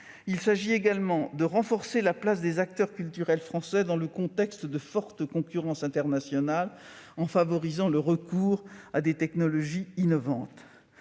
Il s'agira enfin de renforcer la place des acteurs culturels français dans le contexte de forte concurrence internationale, en favorisant le recours à des technologies innovantes.